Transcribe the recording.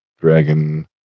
dragon